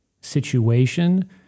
situation